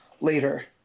later